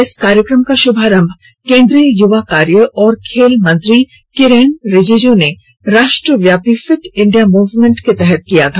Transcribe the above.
इस कार्यक्रम का श्भारंभ केन्द्रीय युवा कार्य और खेल मंत्री किरेन रिजिजू ने राष्ट्रीव्यापी फिट इंडिया मूवमेंट के तहत किया था